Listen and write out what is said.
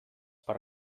per